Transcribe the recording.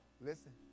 listen